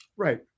Right